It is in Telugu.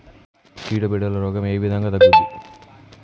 చీడ పీడల రోగం ఏ విధంగా తగ్గుద్ది?